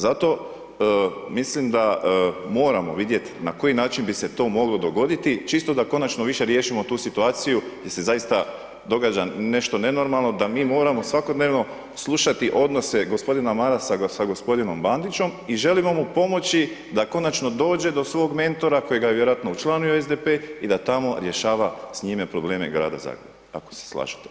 Zato mislim da moramo vidjeti na koji način bi se to moglo dogoditi, čisto da konačno više riješimo tu situaciju, gdje se zaista događa nešto nenormalno, da mi moramo svakodnevno slušati odnose g. Marasa sa g. Bandićom i želimo mu pomoći da konačno dođe do svog mentora, koji ga je vjerojatno učlanio u SDP i da tamo rješava s njime probleme Grada Zagreba, ako se slažete.